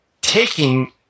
taking